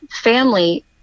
family